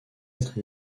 être